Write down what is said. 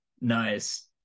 nice